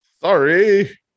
sorry